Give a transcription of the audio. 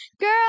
Girl